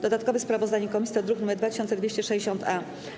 Dodatkowe sprawozdanie komisji to druk nr 2260-A.